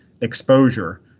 exposure